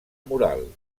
mural